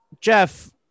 Jeff